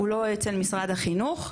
הוא לא אצל משרד החינוך,